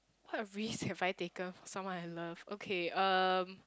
what risk have I taken for someone I love okay um